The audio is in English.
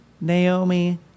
Naomi